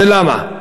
ולמה?